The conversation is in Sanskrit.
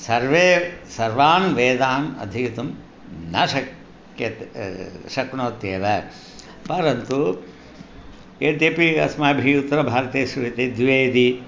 सर्वे सर्वान् वेदान् अधीतुं न शक्यते शक्नोत्येव परन्तु यद्यपि अस्माभिः उत्तरभारतेषु एते द्विवेदी